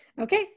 Okay